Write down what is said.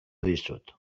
dizut